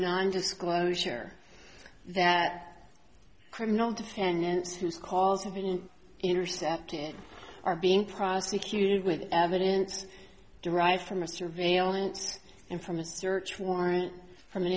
non disclosure that criminal defendants whose calls have been intercepted are being prosecuted with evidence derived from a surveillance in from a search warrant from